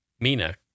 Mina